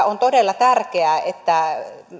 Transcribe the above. on todella tärkeää että